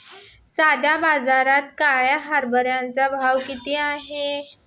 सध्या बाजारात काळ्या हरभऱ्याचा भाव किती आहे?